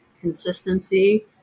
consistency